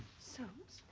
soames?